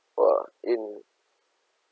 !wah! in